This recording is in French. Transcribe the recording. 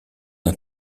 d’un